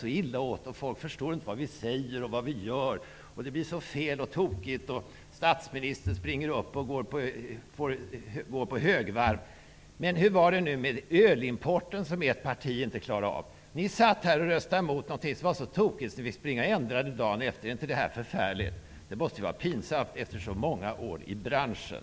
Det sägs att folk inte förstår vad vi säger och gör, och allt blir så fel och tokigt, exempelvis rusar statsministern upp och går på högvarv. Men hur var det nu med röstningen om ölimporten, som Ingvar Carlssons parti inte klarade av. Socialdemokraterna satt här i kammaren och röstade emot. Något som var så tokigt att man dagen därpå fick ändra det. Är det inte förfärligt. Det måste vara pinsamt, efter så många år i branschen.